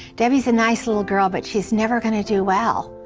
debbie's a nice little girl, but she'll never kind of do well.